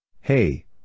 Hey